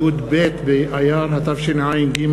י"ב באייר התשע"ג,